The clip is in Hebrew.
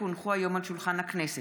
כי הונחו היום על שולחן הכנסת,